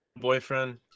boyfriend